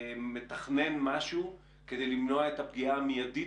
מתכנן משהו כדי למנוע את הפגיעה המידית